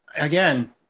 again